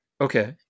Okay